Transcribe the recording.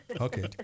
Okay